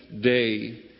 day